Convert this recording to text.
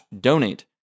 donate